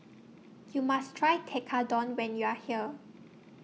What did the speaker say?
YOU must Try Tekkadon when YOU Are here